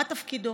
מה תפקידו.